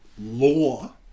law